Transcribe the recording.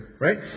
right